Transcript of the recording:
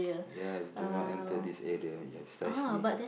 yes do not enter this area precisely